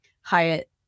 Hyatt